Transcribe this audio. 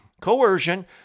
coercion